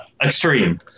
extreme